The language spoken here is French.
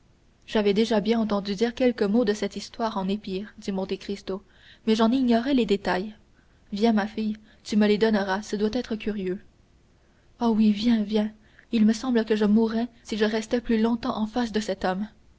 bien déjà entendu dire quelques mots de cette histoire en épire dit monte cristo mais j'en ignore les détails viens ma fille tu me les donneras ce doit être curieux oh oui viens viens il me semble que je mourrais si je restais plus longtemps en face de cet homme